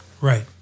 Right